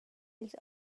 ils